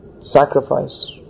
sacrifice